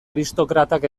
aristokratak